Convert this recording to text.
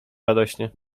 radośnie